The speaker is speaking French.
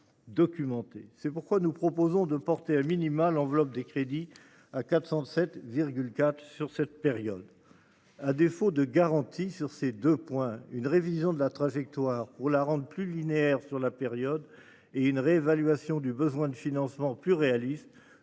C'est pourquoi nous proposons de porter à minima, l'enveloppe des crédits à 407. 4 sur cette période. À défaut de garanties sur ces 2 points, une révision de la trajectoire pour la rendent plus linéaire sur la période et une réévaluation du besoin de financement plus réaliste.